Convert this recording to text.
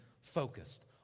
focused